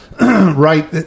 Right